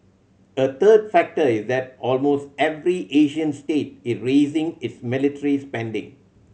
a third factor is that almost every Asian state is raising its military spending